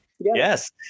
Yes